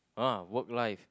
uh work life